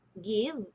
give